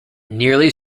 nearly